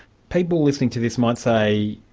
people listening to this might say,